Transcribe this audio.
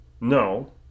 no